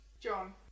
John